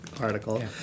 article